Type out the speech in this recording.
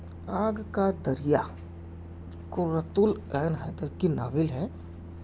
آگ کا دریا قرۃ العین حیدر کی ناول ہے